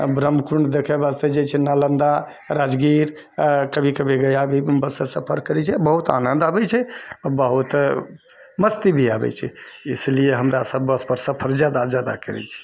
ब्रह्मकुण्ड देखै वास्ते जाइ छियै नालन्दा राजगीर कभी कभी गया भी बससँ सफर करैत छिऐ बहुत आनन्द आबैत छै बहुत मस्ती भी आबैत छै इसलिए हमरा सभ बस पर सफर जादासँ जादा करैत छिऐ